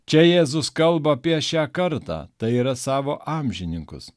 čia jėzus kalba apie šią kartą tai yra savo amžininkus